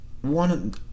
one